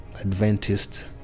Adventist